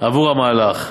עבור המהלך,